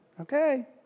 Okay